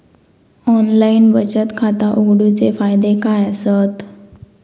Online बचत खाता उघडूचे फायदे काय आसत?